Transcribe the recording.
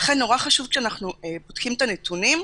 לכן חשוב מאוד כשאנחנו בודקים את הנתונים,